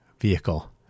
vehicle